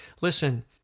Listen